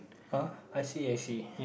ah I see I see